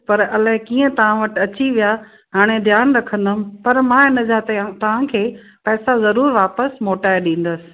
पर अलाए कीअं तव्हां वटि अची विया हाणे ध्यानु रखंदमि पर मां इन जा तया तव्हां खे पैसा ज़रूरु वापसि मोटाए ॾींदसि